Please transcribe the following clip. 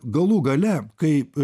galų gale kai